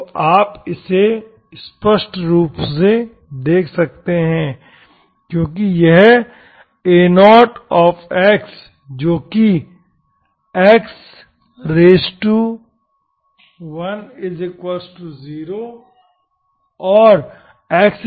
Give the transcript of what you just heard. तो आप इसे स्पष्ट रूप से देख सकते हैं क्योंकि यह a0 जो कि x 0 और x 2 पर 0 है